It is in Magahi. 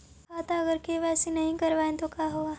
खाता अगर के.वाई.सी नही करबाए तो का होगा?